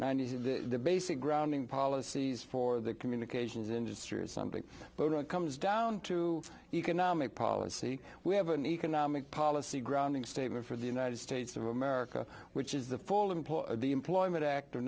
ninety the basic grounding policies for the communications industry or something but when it comes down to economic policy we have an economic policy grounding statement for the united states of america which is the fall of the employment act